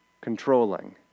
controlling